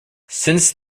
since